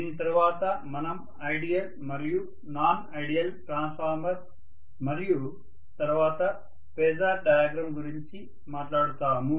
దీని తరువాత మనం ఐడియల్ మరియు నాన్ ఐడియల్ ట్రాన్స్ఫార్మర్ మరియు తరువాత ఫేజార్ డయాగ్రమ్ గురించి మాట్లాడుతాము